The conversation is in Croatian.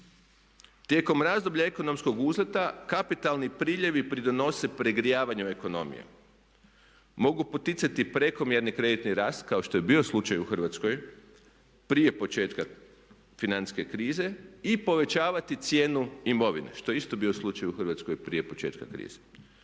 Tijekom razdoblja ekonomskog uzleta kapitalni priljevi pridonose pregrijavanje ekonomije. Mogu poticati prekomjerni kreditni rast kao što je bio slučaj u Hrvatskoj prije početka financijske krize i povećavati cijenu imovine. Što je isto bio slučaj u Hrvatskoj prije početka krize.